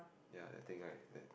ya I think right that